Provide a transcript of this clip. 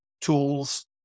tools